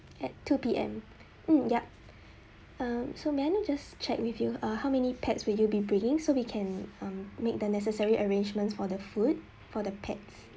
at two P_M mm yup um so may I know just check with you err how many pets will you be bringing so we can um make the necessary arrangements for the food for the pets